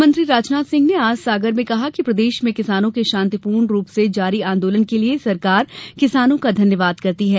गृहमंत्री भूपेन्द्र सिंह ने आज सागर में कहा कि प्रदेश में किसानों के शांतिपूर्ण रूप से जारी आंदोलन के लिये सरकार किसानों का धन्यवाद करती है